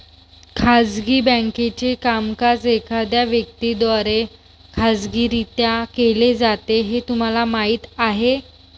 खाजगी बँकेचे कामकाज एखाद्या व्यक्ती द्वारे खाजगीरित्या केले जाते हे तुम्हाला माहीत आहे